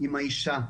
עם האישה,